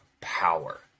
power